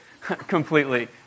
completely